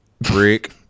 Brick